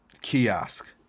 kiosk